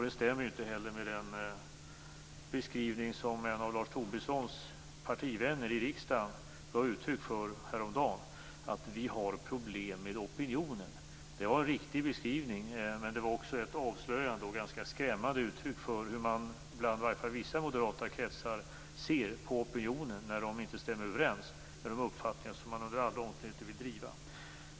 Det stämmer inte heller med den beskrivning som en av Lars Tobissons partivänner i riksdagen gav uttryck för häromdagen, dvs. att "vi har problem med opinionen". Det var en riktig beskrivning, men det var också ett avslöjande och ett ganska skrämmande uttryck för hur man i vissa moderata kretsar ser på opinionen när den inte stämmer med de uppfattningar som man under andra omständigheter vill driva.